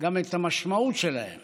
גם את המשמעות שלהם